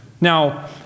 Now